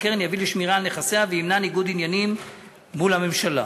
יביא לשמירה על נכסיה וימנע ניגוד עניינים מול הממשלה.